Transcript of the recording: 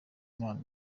imana